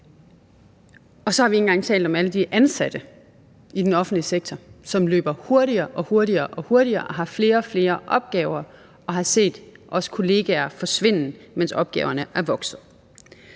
Og så har vi ikke engang talt om alle de ansatte i den offentlige sektor, som løber hurtigere og hurtigere og har flere og flere opgaver. De har set også kollegaer forsvinde, mens opgaverne er vokset